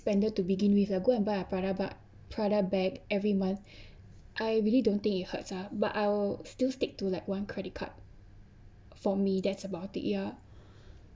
spender to begin with lah go and buy a Prada bug~ Prada bag every month I really don't think it hurts ah but I will still stick to like one credit card for me that's about it ya